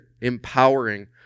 empowering